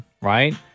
Right